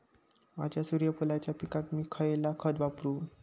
माझ्या सूर्यफुलाच्या पिकाक मी खयला खत वापरू?